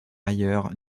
ailleurs